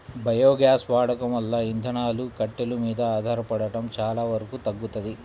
biogas వాడకం వల్ల ఇంధనాలు, కట్టెలు మీద ఆధారపడటం చానా వరకు తగ్గుతది